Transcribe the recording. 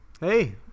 Hey